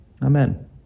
Amen